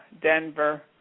Denver